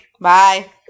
Bye